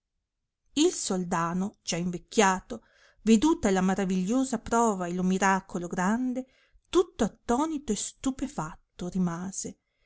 il soldano già invecchiato veduta la maravigliosa prova e lo miracolo grande tutto attonito e stupefatto rimase